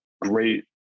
great